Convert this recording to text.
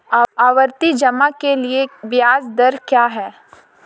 आवर्ती जमा के लिए ब्याज दर क्या है?